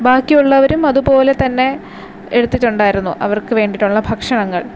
ബാക്കിയുള്ളവരും അതുപോലെ തന്നെ എടുത്തിട്ടുണ്ടായിരുന്നു അവർക്ക് വേണ്ടിയിട്ടുള്ള ഭക്ഷണങ്ങൾ